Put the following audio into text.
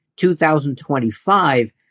2025